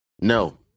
No